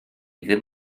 ddim